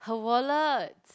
her wallet